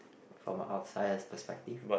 from a outsider perspective